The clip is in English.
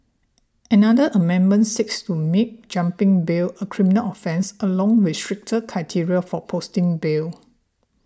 another amendment seeks to make jumping bail a criminal offence along with stricter criteria for posting bail